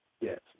Yes